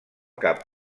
cap